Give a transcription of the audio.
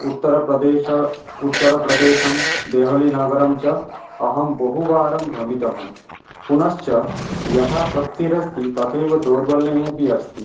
उत्तरप्रदेश उत्तरप्रदेशं देहलीनगरं च अहं बहुवारं भ्रमितवान् पुनश्च यथा शक्तिरस्ति तथैव दौर्बल्यमपि अस्ति